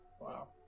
Wow